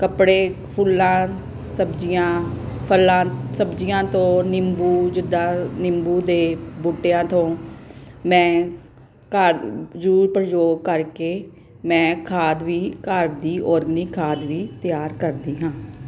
ਕੱਪੜੇ ਫੁੱਲਾਂ ਸਬਜ਼ੀਆਂ ਫਲਾਂ ਸਬਜ਼ੀਆਂ ਤੋਂ ਨਿੰਬੂ ਜਿੱਦਾਂ ਨਿੰਬੂ ਦੇ ਬੂਟਿਆਂ ਤੋਂ ਮੈਂ ਘਰ ਜ਼ਰੂਰ ਪ੍ਰਯੋਗ ਕਰਕੇ ਮੈਂ ਖਾਦ ਵੀ ਘਰ ਦੀ ਆਰਗੈਨਿਕ ਖਾਦ ਵੀ ਤਿਆਰ ਕਰਦੀ ਹਾਂ